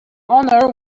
honor